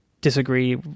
disagree